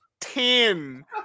ten